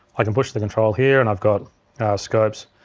i can push the control here and i've got scopes.